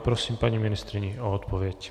Prosím paní ministryni o odpověď.